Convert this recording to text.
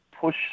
push